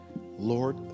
Lord